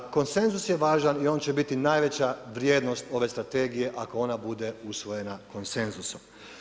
Konsenzus je važan i on će biti najveća vrijednost ove strategije ako ona bude usvojena konsenzusom.